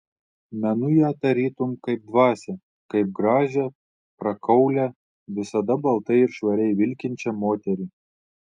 menu ją tarytum kaip dvasią kaip gražią prakaulią visada baltai ir švariai vilkinčią moterį